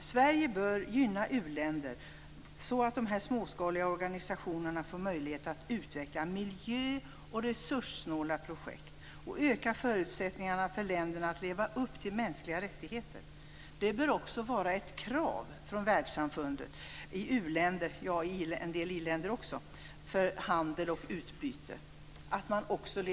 Sverige bör gynna u-länder så att de småskaliga organisationerna får möjlighet att utveckla resurssnåla miljöprojekt och öka förutsättningarna för länderna att leva upp till kraven på mänsklig rättigheter. Det bör också vara ett krav från världssamfundet för uoch i-länder när det gäller handel och utbyte.